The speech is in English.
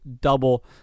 double